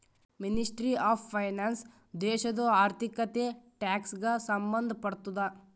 ministry of finance ದೇಶದು ಆರ್ಥಿಕತೆ, tax ಗ ಸಂಭಂದ್ ಪಡ್ತುದ